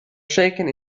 shaken